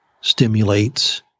stimulates